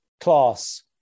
class